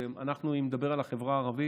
אני מדבר על החברה הערבית: